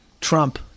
Trump